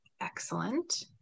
excellent